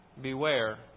Beware